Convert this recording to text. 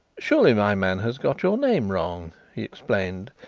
surely my man has got your name wrong? he explained.